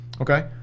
okay